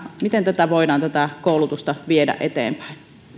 miten tätä koulutusta voidaan viedä eteenpäin